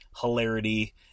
Hilarity